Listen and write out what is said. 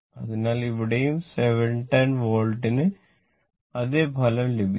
അതിനാൽ ഇവിടെയും 710 വാട്ടിന് അതേ ഫലം ലഭിക്കും